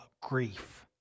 grief